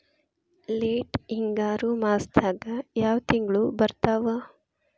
Late ಹಿಂಗಾರು ಮಾಸದಾಗ ಯಾವ್ ತಿಂಗ್ಳು ಬರ್ತಾವು?